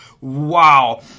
Wow